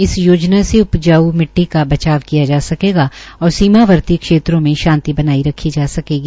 इस योजना से उपजाऊ मिट्टी का बचाव किया जा सकेगा और सीमावर्ती क्षेत्रों में शांति बनाई रखी जा सकेगी